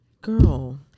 Girl